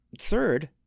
third